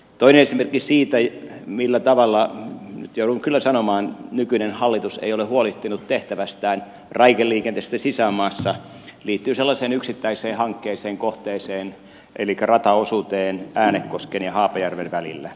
toinen esimerkki siitä millä tavalla nyt joudun kyllä sanomaan nykyinen hallitus ei ole huolehtinut tästä tehtävästään raideliikenteestä sisämaassa liittyy sellaiseen yksittäiseen hankkeeseen kohteeseen elikkä rataosuuteen äänekosken ja haapajärven välillä